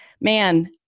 man